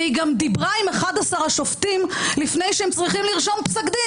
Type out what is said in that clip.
והיא גם דיברה עם 11 השופטים לפני שהם צריכים לרשום פסק דין,